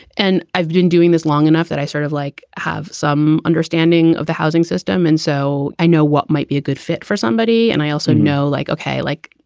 and i've been doing this long enough that i sort of like have some understanding of the housing system. and so i know what might be a good fit for somebody. and i also know, like, okay. like,